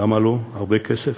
למה לא, הרבה כסף,